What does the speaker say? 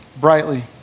brightly